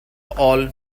all